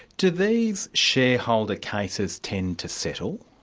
do these shareholder cases tend to settle?